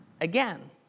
again